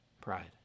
pride